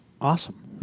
Awesome